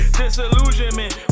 disillusionment